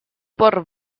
por